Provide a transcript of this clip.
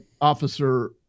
officer